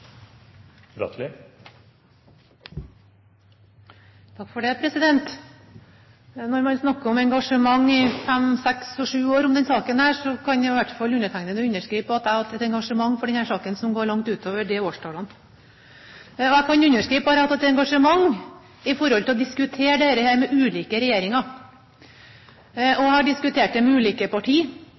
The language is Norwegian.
Når man snakker om engasjement i fem, seks og sju år i denne saken, kan i hvert fall undertegnede underskrive på at jeg har hatt et engasjement i denne saken som går langt utover det. Jeg kan underskrive på at jeg har hatt et engasjement når det gjelder å diskutere dette med ulike regjeringer, og jeg har diskutert det med ulike